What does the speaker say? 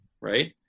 right